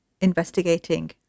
investigating